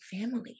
family